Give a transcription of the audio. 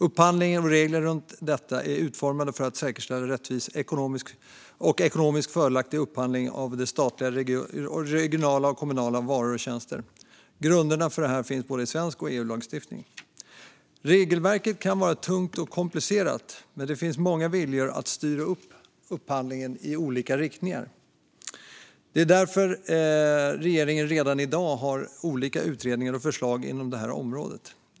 Upphandling och reglerna runt detta är utformade för att säkerställa rättvis och ekonomiskt fördelaktig upphandling av statliga, regionala och kommunala varor och tjänster. Grunderna för detta finns både i svensk lagstiftning och i EU-lagstiftning. Regelverket kan vara tungt och komplicerat när det finns många viljor att styra upphandlingar i olika riktningar. Det är därför regeringen redan i dag har olika utredningar och förslag inom detta område.